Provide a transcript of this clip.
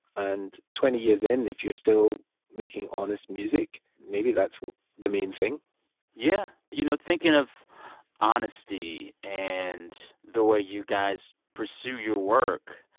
and twenty years in, if you're still making honest music, maybe that's the main thing yeah. you know, thinking of honesty and the way you guys pursue your work,